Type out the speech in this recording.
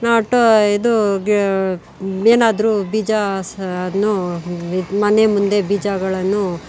ನಾನು ಒಟ್ಟು ಇದು ಗಿ ಏನಾದರೂ ಬೀಜವನ್ನು ಮನೆ ಮುಂದೆ ಬೀಜಗಳನ್ನು